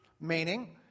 Meaning